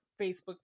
Facebook